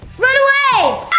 run away!